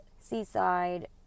seaside